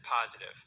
positive